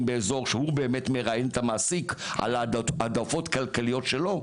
באזור שהוא באמת מראיין את המעסיק על ההעדפות הכלכליות שלו,